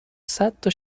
صدتا